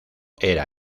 era